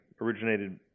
originated